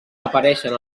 apareixen